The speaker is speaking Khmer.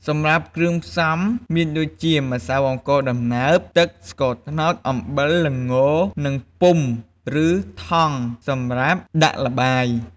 សម្រាប់គ្រឿងផ្សំមានដូចជា ម្សៅអង្ករដំណើប ទឹក ស្ករត្នោត អំបិល ល្ង និងពុម្ពឬថង់សម្រាប់ដាក់ល្បាយ។